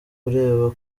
ureba